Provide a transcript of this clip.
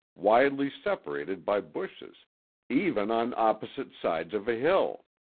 widely separated by bushes even on opposite sides of a hill.